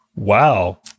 Wow